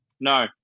No